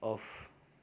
off